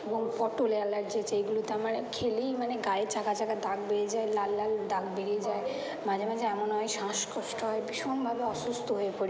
এবং পটলে অ্যালার্জি আছে এইগুলোতে আমার খেলেই মানে গায়ে চাকা চাকা দাগ বেরিয়ে যায় লাল লাল দাগ বেরিয়ে যায় মাঝে মাঝে এমনো হয় শ্বাসকষ্ট হয় ভীষণভাবে অসুস্থ হয়ে পড়ি